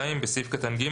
(2)בסעיף קטן (ג),